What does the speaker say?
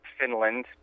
Finland